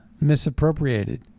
misappropriated